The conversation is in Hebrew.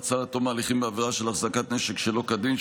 מעצר עד תום ההליכים בעבירה של החזקת נשק שלא כדין),